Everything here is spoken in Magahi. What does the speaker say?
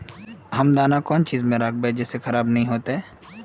हम दाना कौन चीज में राखबे जिससे खराब नय होते?